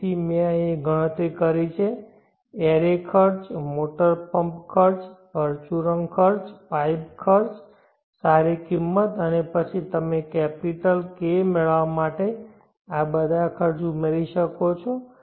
તેથી મેં અહીં ગણતરી કરી છે એરે ખર્ચ મોટર પંપ ખર્ચ પરચુરણ ખર્ચ પાઇપ ખર્ચ સારી કિંમત અને પછી તમે કેપિટલ K મેળવવા માટે આ બધા ખર્ચ ઉમેરી શકો છો